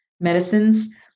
medicines